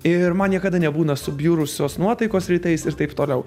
ir man niekada nebūna subjurusios nuotaikos rytais ir taip toliau